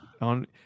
on